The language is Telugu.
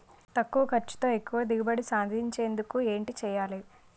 తక్కువ ఖర్చుతో ఎక్కువ దిగుబడి సాధించేందుకు ఏంటి చేయాలి?